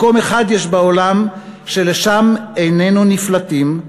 מקום אחד יש בעולם שלשם איננו נפלטים,